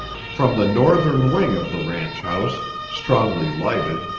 from the northern wing of the ranch-house, strongly lighted,